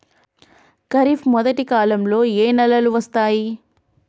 ఖరీఫ్ మొదటి కాలంలో ఏ నెలలు వస్తాయి?